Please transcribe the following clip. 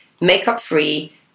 makeup-free